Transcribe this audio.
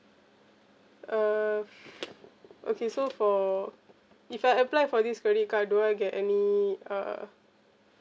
uh okay so for if I apply for this credit card do I get any uh